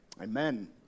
Amen